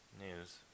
news